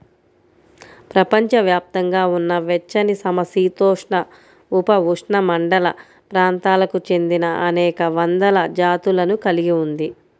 ప్రపంచవ్యాప్తంగా ఉన్న వెచ్చనిసమశీతోష్ణ, ఉపఉష్ణమండల ప్రాంతాలకు చెందినఅనేక వందల జాతులను కలిగి ఉంది